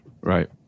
Right